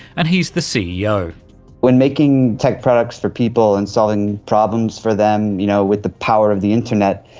and he's the ceo. when making tech products for people and solving problems for them, you know, with the power of the internet,